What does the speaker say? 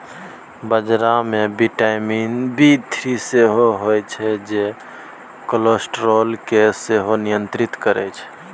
बजरा मे vitamin B three सेहो होइ छै जे कोलेस्ट्रॉल केँ सेहो नियंत्रित करय छै